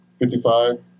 55